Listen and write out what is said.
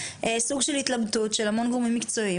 סוג של התלבטות של המון גורמים מקצועיים,